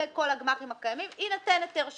הם בעצם אומרים שלגבי כל הגמ"חים הקיימים יינתן היתר אחזקה.